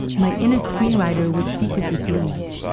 my inner screenwriter was secretly pleased.